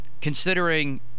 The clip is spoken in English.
considering